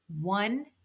one